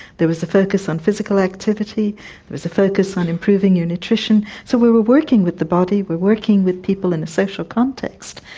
there was a focus on physical activity, there was a focus on improving your nutrition. so we were working with the body, we were working with people in a social context.